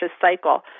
cycle